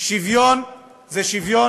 שוויון זה שוויון.